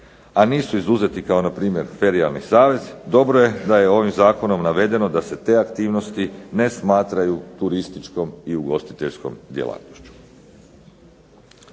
a nisu izuzeti kao npr. Ferijalni savez, dobro je da je ovim zakonom navedeno da se te aktivnosti ne smatraju turističkom i ugostiteljskom djelatnošću.